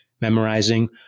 memorizing